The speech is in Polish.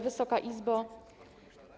Wysoka Izbo!